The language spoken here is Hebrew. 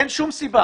אין שום סיבה